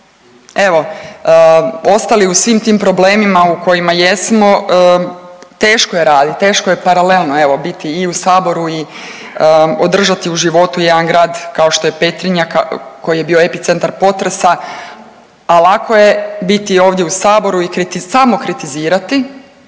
evo ostali u svim tim problemima u kojima jesmo. Teško je radit, teško je paralelno evo biti i u saboru i održati u životu jedan grad kao što je Petrinja koji je bio epicentar potresa, a lako je biti ovdje u saboru i kriti… i samo kritizirati